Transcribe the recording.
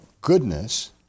goodness